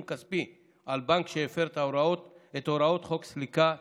כספי על בנק שהפר את הוראות חוק סליקת שיקים.